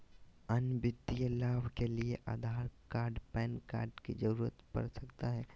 अन्य वित्तीय लाभ के लिए आधार कार्ड पैन कार्ड की जरूरत पड़ सकता है?